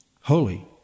holy